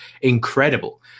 incredible